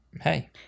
hey